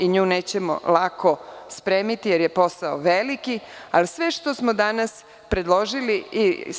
Nju nećemo lako spremiti, jer je posao veliki, ali sve što smo danas predložili i